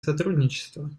сотрудничества